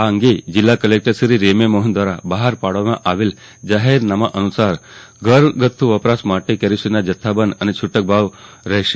આ અંગે જિલ્લા કલેકટરશ્રી રેમ્યા મોહન દ્વારા બહાર પાડવામાં આવેલા જાહેરનામા અનુસાર ઘરગથ્યું વપરાશ માટેના કેરોસીનના જથ્થાબંધ અને છૂટક ભાવ રહેશે